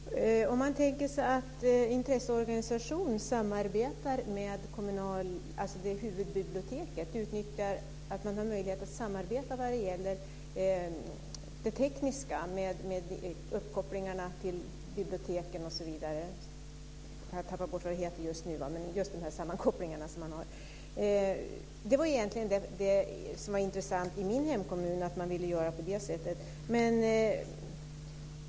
Fru talman! Man kan tänka sig att en intresseorganisation utnyttjar möjligheten att samarbeta med huvudbiblioteken när det gäller det tekniska med uppkopplingarna till biblioteken osv. Jag har just nu tappat bort vad det heter, men det gäller de sammankopplingar man har. Det som egentligen var intressant i min hemkommun var att man ville göra på det sättet.